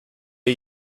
are